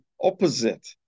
opposite